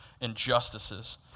injustices